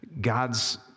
God's